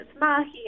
Magia